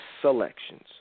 selections